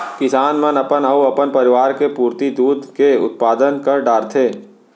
किसान मन अपन अउ अपन परवार के पुरती दूद के उत्पादन कर डारथें